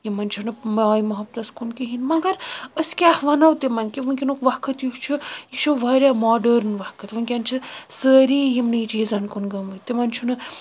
یِمن چھُنہٕ ماے مُحبتس کُن کہیٖنۍ مگر أسۍ کیاہ وَنو تِمن کہ وِنکینُک وقت یُس چھُ یہِ چھِ واریاہ ماڈٲرٕنۍ وَقت ونکیٚن چھِ سٲری یِمنٕے چیٖزن کُن گٔمٕتۍ تِمن چھُنہٕ